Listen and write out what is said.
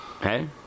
Hey